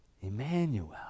Emmanuel